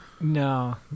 No